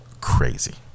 Crazy